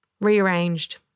Rearranged